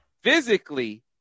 Physically